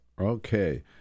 Okay